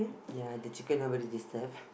ya the chicken all very disturbed